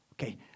Okay